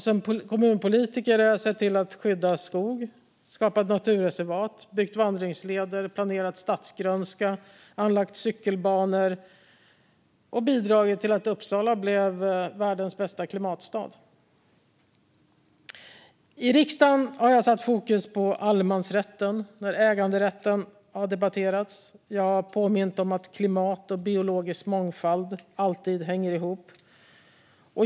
Som kommunpolitiker har jag skyddat skog, skapat naturreservat, byggt vandringsleder, planerat stadsgrönska, anlagt cykelbanor och bidragit till att Uppsala blev världens bästa klimatstad. I riksdagen har jag satt fokus på allemansrätten när äganderätten har debatterats. Jag har påmint om att klimat och biologisk mångfald alltid hänger ihop.